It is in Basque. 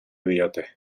diote